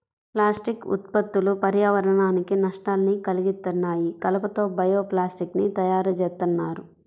plastic ఉత్పత్తులు పర్యావరణానికి నష్టాన్ని కల్గిత్తన్నాయి, కలప తో బయో ప్లాస్టిక్ ని తయ్యారుజేత్తన్నారు